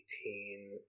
Eighteen